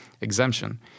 exemption